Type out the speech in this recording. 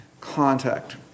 contact